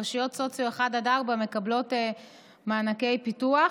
רשויות סוציו 1 4 מקבלות מענקי פיתוח.